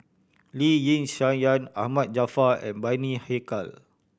Lee Yi Shyan Ahmad Jaafar and Bani Haykal